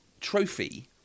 trophy